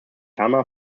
tana